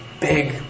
big